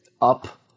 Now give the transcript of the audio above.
up